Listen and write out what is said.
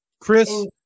chris